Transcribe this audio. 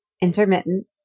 intermittent